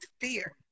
fear